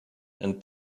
and